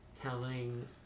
telling